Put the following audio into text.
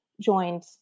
joined